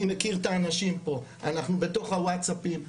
אני מכיר את האנשים פה, אנחנו בתוך הוואטסאפים.